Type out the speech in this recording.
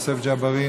יוסף ג'בארין,